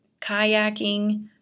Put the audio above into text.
kayaking